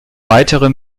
weitere